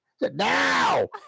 Now